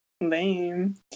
Lame